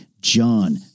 John